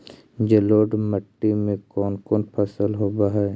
जलोढ़ मट्टी में कोन कोन फसल होब है?